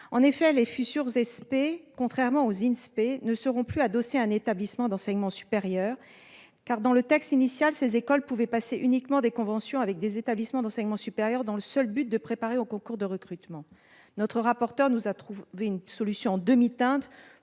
supérieures du professorat, contrairement aux Inspé, ne seront plus adossées à un établissement d'enseignement supérieur. Dans le texte initial, ces écoles ne pouvaient passer des conventions qu'avec des établissements d'enseignement supérieur, dans le seul objectif de préparer aux concours de recrutement. Notre rapporteur a trouvé une solution en demi-teinte